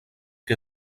que